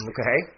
Okay